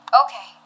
Okay